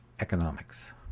Economics